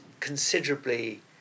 Considerably